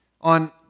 On